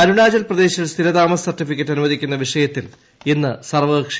അരുണാചർപ്രദേശിൽ സ്ഥിരതാമസ സർട്ടിഫിക്കറ്റ് അനുവദിക്കുന്ന വിഷയത്തിൽ ഇന്ന് സർവ്വകക്ഷിയോഗം